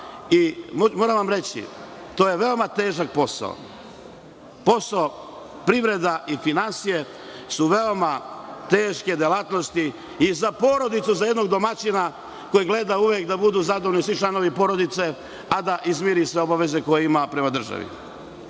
vam reći, to je veoma težak posao. Privreda i finansije su veoma teške delatnosti. I za porodicu, za jednog domaćina koji gleda uvek da budu zadovoljni svi članovi porodice, a da izmiri sve obaveze koje ima prema